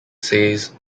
says